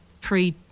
pre